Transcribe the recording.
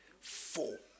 four